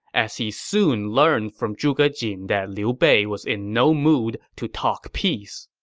as he soon learned from zhuge jin that liu bei was in no mood to talk peace